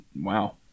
Wow